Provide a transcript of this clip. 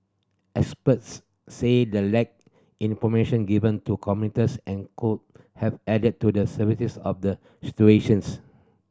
experts said the lack information given to commuters and could have added to the of the situations